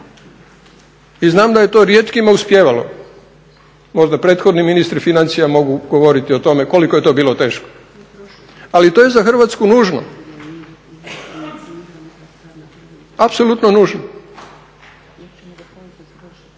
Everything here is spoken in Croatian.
i znam da je to rijetkima uspijevalo. Možda prethodni ministri financija mogu govoriti o tome koliko je to bilo teško ali to je za Hrvatsku nužno. Apsolutno nužno.